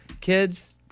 Kids